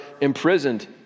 imprisoned